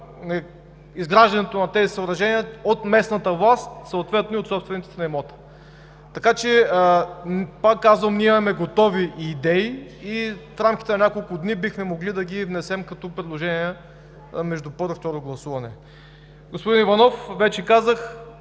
изграждането на тези съоръжения от местната власт, съответно и от собствениците на имота. Пак казвам, ние имаме готови идеи и в рамките на няколко дни бихме могли да ги внесем като предложения между първо и второ гласуване. Господин Иванов, вече казах: